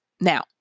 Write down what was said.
Now